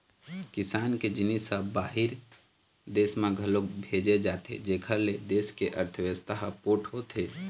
किसान के जिनिस ह बाहिर देस म घलोक भेजे जाथे जेखर ले देस के अर्थबेवस्था ह पोठ होथे